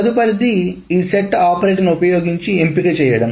తదుపరిది ఈ సెట్ ఆపరేటర్లను ఉపయోగించి ఎంపిక చేయడం